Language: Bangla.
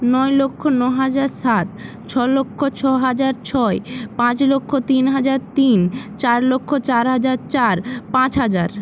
নয় লক্ষ নয় হাজার সাত ছয় লক্ষ ছয় হাজার ছয় পাঁচ লক্ষ তিন হাজার তিন চার লক্ষ চার হাজার চার পাঁচ হাজার